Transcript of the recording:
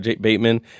Bateman